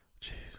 Jesus